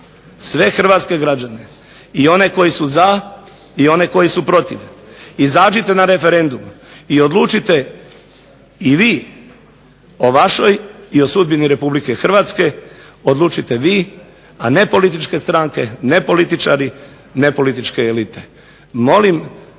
sve hrvatske građane i one koji su za i one koji su protiv, izađite na referendum i odlučite i vi o vašoj i o sudbini RH, odlučite vi, a ne političke stranke, ne političari, ne političke elite. Molim